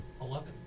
Eleven